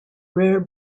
rare